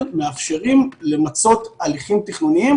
גם בישראל מאפשרים למצות הליכים תכנוניים